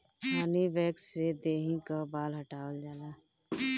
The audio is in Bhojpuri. हनी वैक्स से देहि कअ बाल हटावल जाला